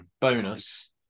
bonus